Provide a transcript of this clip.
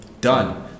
done